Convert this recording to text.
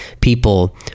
people